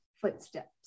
footsteps